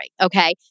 okay